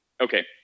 okay